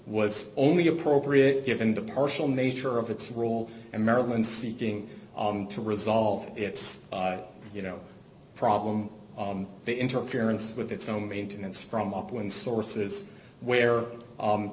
was only appropriate given the partial nature of its role in maryland seeking to resolve its you know problem the interference with its own maintenance from up when sources where